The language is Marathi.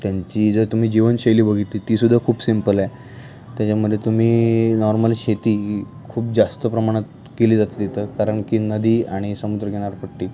त्यांची जर तुम्ही जीवनशैली बघितली ती सुद्धा खूप सिम्पल आहे त्याच्यामध्ये तुम्ही नॉर्मल शेती खूप जास्त प्रमाणात केली जाते तिथं कारणकी नदी आणि समुद्रकिनारपट्टी